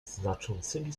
znaczącymi